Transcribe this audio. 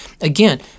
Again